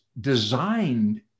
designed